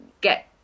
get